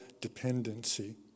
dependency